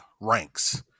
ranks